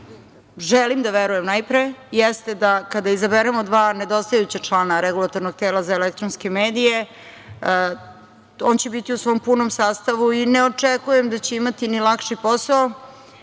želim da verujem, najpre, jeste kada izaberemo dva nedostajuća člana Regulatornog tela za elektronske medije, on će biti u svom punom sastavu i ne očekujem da će imati ni lakši posao,